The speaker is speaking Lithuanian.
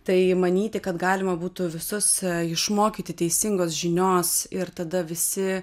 tai manyti kad galima būtų visus išmokyti teisingos žinios ir tada visi